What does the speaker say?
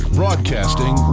broadcasting